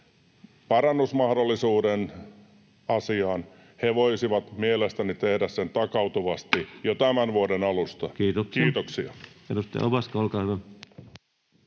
parannusmahdollisuuden asiaan. He voisivat mielestäni tehdä sen takautuvasti jo tämän vuoden alusta. — Kiitoksia.